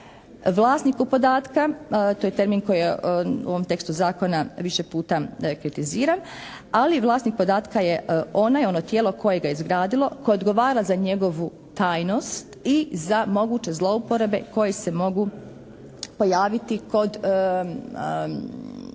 vlasniku podatka. To je termin koji je u ovom tekstu zakona više puta kritiziran. Ali vlasnik podatka je onaj, ono tijelo koje ga je izgradilo, koje odgovara za njegovu tajnost i za moguće zlouporabe koje se mogu pojaviti kod